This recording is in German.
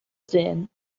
sähen